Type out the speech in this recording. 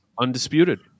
Undisputed